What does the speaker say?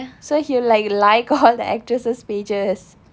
so he will like like all the actresses pages